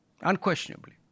unquestionably